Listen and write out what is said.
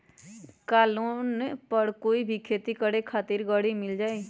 का लोन पर कोई भी खेती करें खातिर गरी मिल जाइ?